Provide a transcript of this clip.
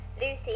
Lucy